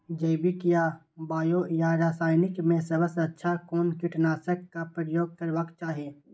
जैविक या बायो या रासायनिक में सबसँ अच्छा कोन कीटनाशक क प्रयोग करबाक चाही?